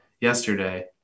yesterday